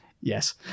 Yes